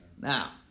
Now